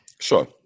Sure